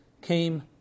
came